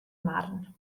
marn